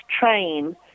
train